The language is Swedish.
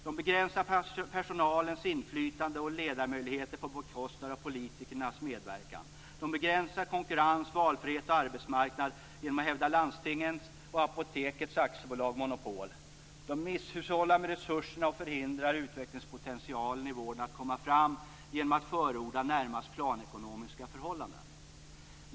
De begränsar personalens inflytande och ledarmöjligheter på bekostnad av politikernas medverkan. De begränsar konkurrens, valfrihet och arbetsmarknad genom att hävda lanstingens och Apoteket AB:s monopol. De misshushållar med resurserna och förhindrar utvecklingspotentialen i vården att komma fram genom att förorda närmast planekonomiska förhållanden.